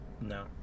No